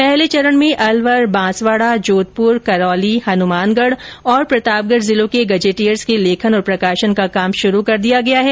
पहले चरण में अलवर बांसवाडा जोधपुर करौली हनुमानगढ और प्रतापगढ जिलों के गजेटियर्स के लेखन और प्रकाशन का काम शुरू कर दिया गया है